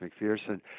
McPherson